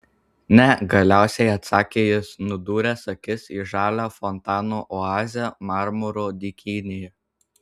ne galiausiai atsakė jis nudūręs akis į žalią fontano oazę marmuro dykynėje